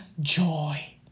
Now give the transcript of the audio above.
joy